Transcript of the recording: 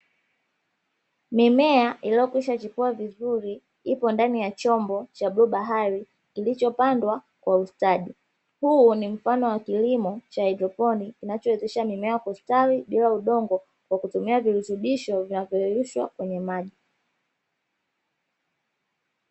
Mimea iliyokwishachipua vizuri ipo ndani ya chombo cha bluu bahari kilichopandwa kwa ustadi, huu ni mfano wa kilimo cha haidroponi kinachowezesha mimea kustawi bila udongo kwa kutumia virutubisho vinavyoyeyushwa kwenye maji.